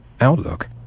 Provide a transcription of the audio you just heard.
outlook